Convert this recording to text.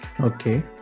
Okay